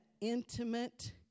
intimate